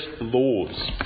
laws